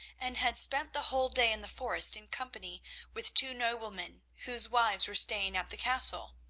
and had spent the whole day in the forest in company with two noblemen whose wives were staying at the castle.